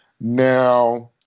Now